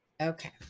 Okay